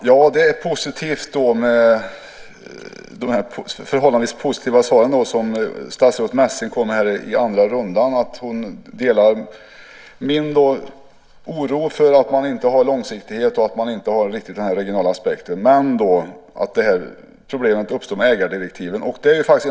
Fru talman! Det är bra med de förhållandevis positiva svaren som statsrådet Ulrica Messing gav här i andra rundan. Hon delar min oro för att det inte finns långsiktighet och en regional aspekt och att problemet uppstår på grund av ägardirektiven.